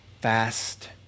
fast